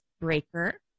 Breaker